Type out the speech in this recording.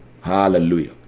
Hallelujah